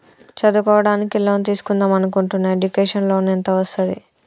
చదువుకోవడానికి లోన్ తీస్కుందాం అనుకుంటున్నా ఎడ్యుకేషన్ లోన్ ఎంత వస్తది?